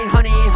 Honey